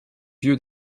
yeux